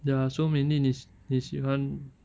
ya so mainly 你你喜欢